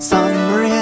Summer